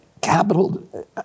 capital